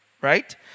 right